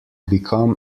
become